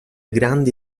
grandi